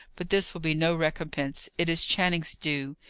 but this will be no recompense it is channing's due.